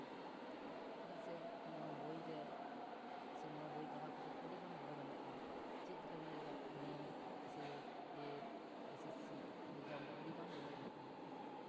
ᱪᱮᱫᱟᱜ ᱥᱮ ᱱᱚᱣᱟ ᱵᱳᱭᱨᱮ ᱥᱮ ᱱᱚᱣᱟ ᱵᱳᱭ ᱯᱟᱲᱦᱟᱣ ᱠᱟᱛᱮᱫ ᱟᱹᱰᱤᱜᱟᱱ ᱜᱚᱲᱚ ᱧᱟᱢᱚᱜ ᱠᱟᱱᱟ ᱪᱮᱫ ᱞᱠᱟᱧ ᱞᱟᱹᱭᱟ NET SET TET SSC exam ᱨᱮ ᱟᱹᱰᱤᱜᱟᱱ ᱜᱚᱲᱚᱭ ᱮᱢᱚᱜ ᱠᱟᱱᱟ